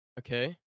Okay